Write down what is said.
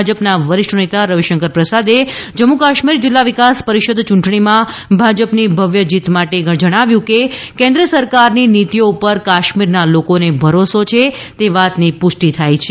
ભાજપના વરિષ્ઠ નેતા રવિશંકર પ્રસાદે જમ્મુકાશ્મીર જિલ્લા વિકાસ પરિષદ યૂંટણીમાં ભાજપની ભવ્ય જીત માટે જણાવ્યું કે કેન્દ્ર સરકારની નીતીઓ પર કાશ્મીરના લોકોને ભરોસો છે તે વાતની પુષ્ટિ થાય છે